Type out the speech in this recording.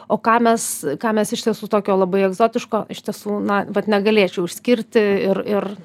o ką mes ką mes iš tiesų tokio labai egzotiško iš tiesų na vat negalėčiau išskirti ir ir